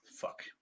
Fuck